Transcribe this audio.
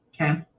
Okay